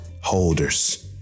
holders